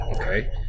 Okay